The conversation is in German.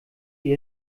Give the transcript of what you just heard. wie